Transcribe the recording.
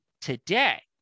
today